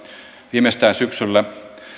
viimeistään syksyllä